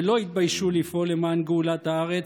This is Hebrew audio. ולא התביישו לפעול למען גאולת הארץ,